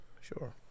sure